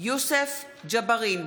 יוסף ג'בארין,